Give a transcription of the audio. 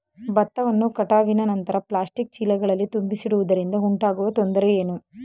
ಭತ್ತವನ್ನು ಕಟಾವಿನ ನಂತರ ಪ್ಲಾಸ್ಟಿಕ್ ಚೀಲಗಳಲ್ಲಿ ತುಂಬಿಸಿಡುವುದರಿಂದ ಉಂಟಾಗುವ ತೊಂದರೆ ಏನು?